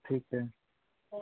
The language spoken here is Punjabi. ਠੀਕ ਹੈ